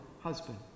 husband